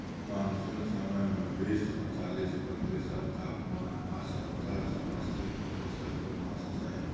monsoon समय मे बीस सँ चालीस प्रतिशत तापमान आ सत्तर सँ अस्सी प्रतिशत उम्मस चाही